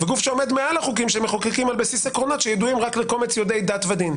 וגוף שעומד מעל החוקים שמחוקקים על בסיס עקרונות של קומץ יודעי דת ודין.